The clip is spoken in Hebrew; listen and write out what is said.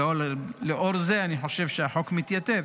לאור זה אני חושב שהחוק מתייתר.